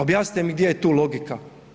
Objasnite mi gdje je tu logika.